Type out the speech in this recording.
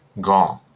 gone